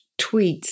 tweets